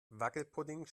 wackelpudding